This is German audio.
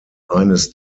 eines